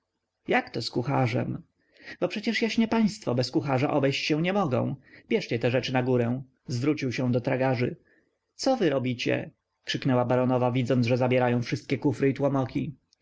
kucharzem jakto z kucharzem bo przecież jaśnie państwo bez kucharza obejść się nie mogą bierzcie te rzeczy na górę zwrócił się do tragarzy co wy robicie krzyknęła baronowa widząc że zabierają wszystkie kufry i